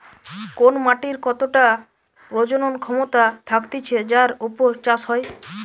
কোন মাটির কতটা প্রজনন ক্ষমতা থাকতিছে যার উপর চাষ হয়